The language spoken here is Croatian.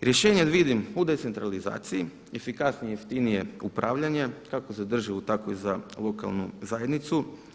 rješenje vidim u decentralizaciji, efikasnije i jeftinije upravljanje kako za državu tako i za lokalnu zajednicu.